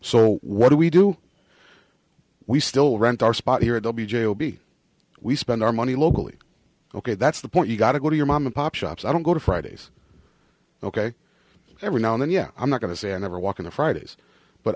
so what do we do we still rent our spot here it will be jail be we spend our money locally ok that's the point you got to go to your mom and pop shops i don't go to fridays ok every now and then yeah i'm not going to say i never walk into fridays but